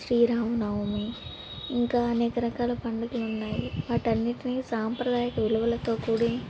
శ్రీరామనవమి ఇంకా అనేక రకాల పండుగలు ఉన్నాయి వాటి అన్నింటిని సాంప్రదాయక విలువలతో కూడి